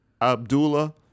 Abdullah